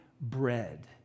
bread